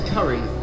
Curry